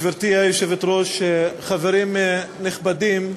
גברתי היושבת-ראש, חברים נכבדים,